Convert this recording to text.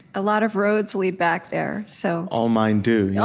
a lot of roads lead back there so all mine do, yeah